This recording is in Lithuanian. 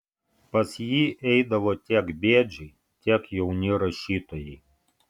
pas jį eidavo tiek bėdžiai tiek jauni rašytojai